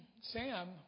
Sam